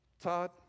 Todd